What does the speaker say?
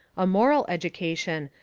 a moral education,